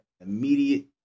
immediate